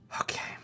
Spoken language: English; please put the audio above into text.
Okay